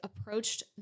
approached